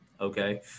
okay